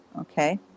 okay